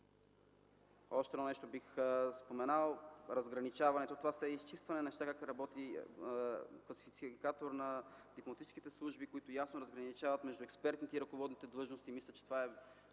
Още едно нещо бих споменал – разграничаването. Това е изчистване на неща, класификатор на дипломатическите служби, които ясно разграничават експертните и ръководните длъжности. Мисля, че е